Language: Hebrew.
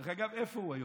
דרך אגב, איפה הוא היום?